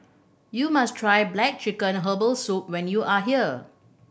you must try black chicken herbal soup when you are here